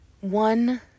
One